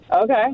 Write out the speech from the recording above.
Okay